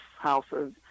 houses